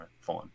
fine